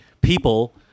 people